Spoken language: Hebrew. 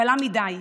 קלה מדי.